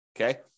okay